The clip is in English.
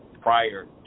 prior